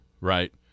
right